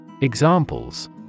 Examples